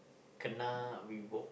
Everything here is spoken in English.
kena revoke